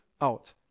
out